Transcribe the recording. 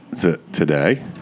today